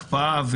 הקפאה,